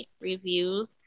reviews